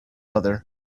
other